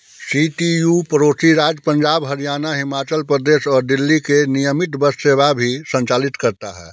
CTU पड़ोसी राज्य पंजाब हरियाणा हिमाचल प्रदेश और दिल्ली की नियमित बस सेवा भी संचालित करता है